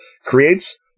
creates